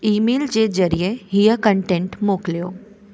email जे ज़रिए हीअं कंटेंट मोकिलियो